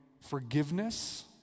forgiveness